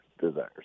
desires